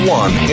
one